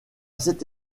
cette